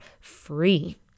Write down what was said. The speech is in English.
Free